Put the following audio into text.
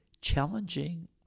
challenging